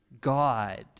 God